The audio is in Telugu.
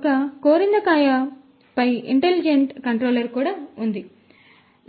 ఒక కోరిందకాయ పై ఇంటెలిజెంట్ కంట్రోలర్ కూడా ఉంది